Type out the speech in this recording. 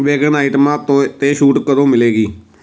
vegan ਆਈਟਮਾਂ ਤੋਂ 'ਤੇ ਛੂਟ ਕਦੋਂ ਮਿਲੇਗੀ